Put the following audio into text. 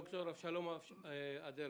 ד"ר אבשלום אדרת.